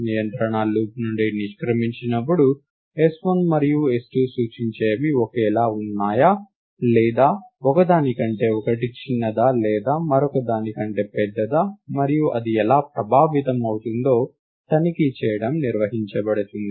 నియంత్రణ లూప్ నుండి నిష్క్రమించినప్పుడు s1 మరియు s2 సూచించేవి ఒకేలా ఉన్నాయా లేదా ఒకదాని కంటే ఒకటి చిన్నదా లేదా మరొకదాని కంటే పెద్దదా మరియు ఇది ఎలా ప్రభావితమవుతుందో తనిఖీ చేయడం నిర్వహించబడుతుంది